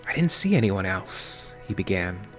i didn't see anyone else, he began.